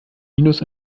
minus